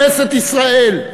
כנסת ישראל,